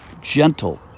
gentle